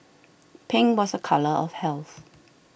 pink was a colour of health